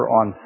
on